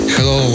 Hello